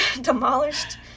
demolished